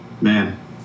man